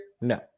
no